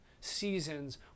seasons